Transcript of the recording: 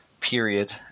period